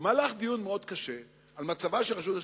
במהלך דיון קשה מאוד על מצב רשות השידור,